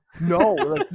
no